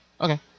Okay